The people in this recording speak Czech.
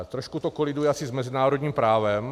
Trošku to koliduje asi s mezinárodním právem.